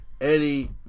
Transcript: Eddie